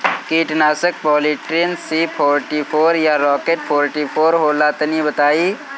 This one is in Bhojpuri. कीटनाशक पॉलीट्रिन सी फोर्टीफ़ोर या राकेट फोर्टीफोर होला तनि बताई?